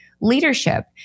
leadership